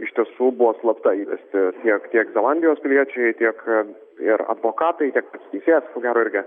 iš tiesų buvo slapta įvesti tiek tiek zelandijos piliečiai tiek ir advokatai tiek pats teisėjas ko gero irgi